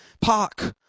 Park